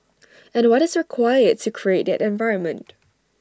and what is required to create that environment